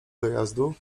dojazdu